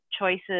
choices